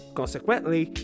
consequently